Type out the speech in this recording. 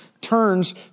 turns